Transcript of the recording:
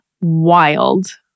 wild